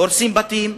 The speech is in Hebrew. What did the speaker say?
הורסים בתים,